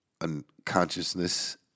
unconsciousness